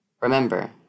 remember